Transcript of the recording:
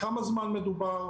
לכמה זמן מדובר?